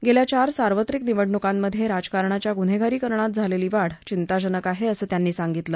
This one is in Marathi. गेल्या चार सार्वत्रिक निवडणुकांमधे राजकारणाच्या गुन्हेगारीकरणात झालेली वाढ चिंताजनक आहे असं त्यांनी सांगितलं